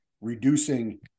reducing